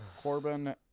Corbin